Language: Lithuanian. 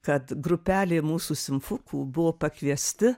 kad grupelė mūsų simfukų buvo pakviesti